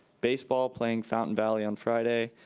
baseball playing fountain valley on friday,